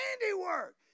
handiwork